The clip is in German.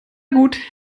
gut